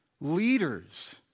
leaders